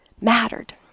mattered